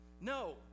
no